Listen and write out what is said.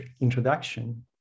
introduction